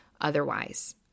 otherwise